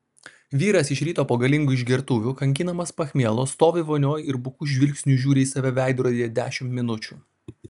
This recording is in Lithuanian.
vyras iš ryto po galingų išgertuvių kankinamas pachmielo stovi vonioj ir buku žvilgsniu žiūri į save veidrodyje dešimt minučių